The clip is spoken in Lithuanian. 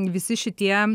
visi šitie